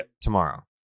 tomorrow